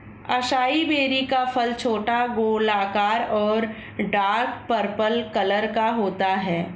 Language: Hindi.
असाई बेरी का फल छोटा, गोलाकार और डार्क पर्पल कलर का होता है